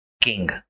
king